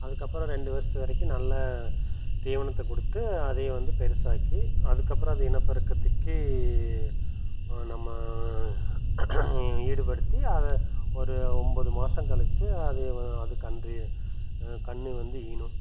அதுக்கு அப்புறம் ரெண்டு வருஷத்துக்கு வரைக்கும் நல்ல தீவனத்தை கொடுத்து அதையே வந்து பெருசாக்கி அதுக்கு அப்புறம் அது இனப்பெருக்கத்துக்கே நம்ம ஈடுபடுத்தி அதை ஒரு ஒன்பது மாதம் கழிச்சு அதைய அது கன்று கன்று வந்து ஈனும்